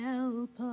Help